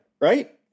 right